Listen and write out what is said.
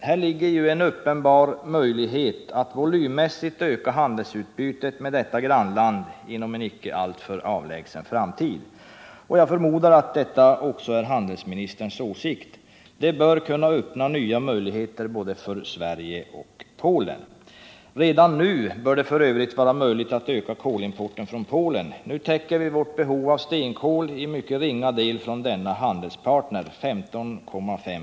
Här finns en uppenbar möjlighet att volymmässigt öka handelsutbytet med detta grannland inom en icke alltför avlägsen framtid. Jag förmodar att deta också är handelsministerns åsikt. Det bör kunna öppna nya möjligheter för både Sverige och Polen. Redan nu bör det f. ö. vara möjligt att öka kolimporten från Polen. Nu täcker vi vårt behov av stenkol i mycket ringa del från denna handelspartner, 15,5 ”..